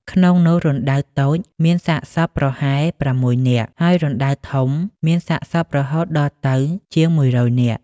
ក្នុងនោះ រណ្ដៅតូចមានសាកសពប្រហែល ៦នាក់ ហើយរណ្តៅធំមានសាកសពរហូតដល់ទៅជាង ១០០នាក់ ។